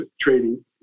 trading